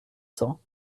cents